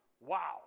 wow